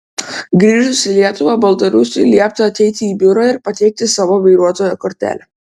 grįžus į lietuvą baltarusiui liepta ateiti į biurą ir pateikti savo vairuotojo kortelę